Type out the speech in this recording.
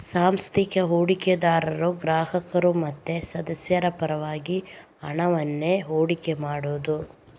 ಸಾಂಸ್ಥಿಕ ಹೂಡಿಕೆದಾರರು ಗ್ರಾಹಕರು ಮತ್ತೆ ಸದಸ್ಯರ ಪರವಾಗಿ ಹಣವನ್ನ ಹೂಡಿಕೆ ಮಾಡುದು